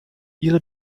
ihre